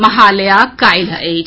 महालया काल्हि अछि